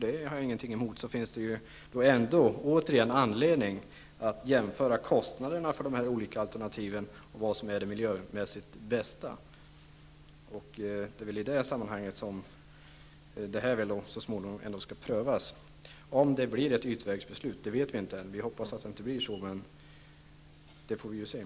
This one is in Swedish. Det finns återigen anledning att jämföra kostnaderna för dessa olika alternativ och vad som miljömässigt är det bästa. Det är väl i det sammanhanget som dessa alternativ skall prövas. Vi vet inte än om det blir ett ytvägsalternativ. Vi hoppas att det inte skall bli det.